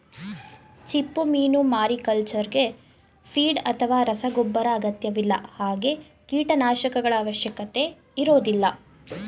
ಚಿಪ್ಪುಮೀನು ಮಾರಿಕಲ್ಚರ್ಗೆ ಫೀಡ್ ಅಥವಾ ರಸಗೊಬ್ಬರ ಅಗತ್ಯವಿಲ್ಲ ಹಾಗೆ ಕೀಟನಾಶಕಗಳ ಅವಶ್ಯಕತೆ ಇರೋದಿಲ್ಲ